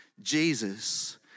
Jesus